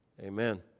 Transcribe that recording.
amen